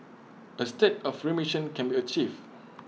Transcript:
A state of remission can be achieved